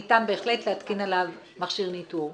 ניתן בהחלט להתקין עליו מכשיר ניתור.